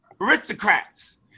Aristocrats